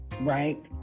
Right